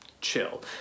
chill